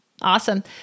Awesome